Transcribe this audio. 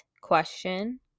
question